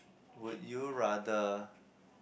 would you rather